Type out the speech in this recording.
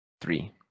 Three